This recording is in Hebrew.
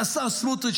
השר סמוטריץ',